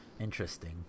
Interesting